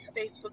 Facebook